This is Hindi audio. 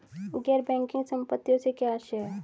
गैर बैंकिंग संपत्तियों से क्या आशय है?